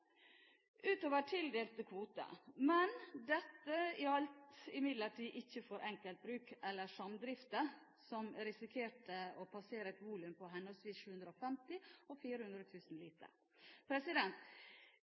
utover tildelte kvoter. Men dette gjaldt imidlertid ikke for enkeltbruk eller samdrifter som risikerte å passere et volum på henholdsvis 750 000 og